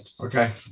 Okay